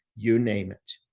you name it.